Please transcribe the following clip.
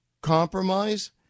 compromise